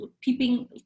peeping